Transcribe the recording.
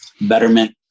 betterment